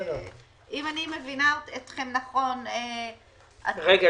אם אני מבינה אתכם נכון --- שנייה,